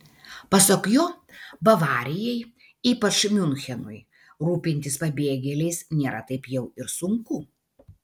pasak jo bavarijai ypač miunchenui rūpintis pabėgėliais nėra taip jau ir sunku